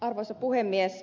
arvoisa puhemies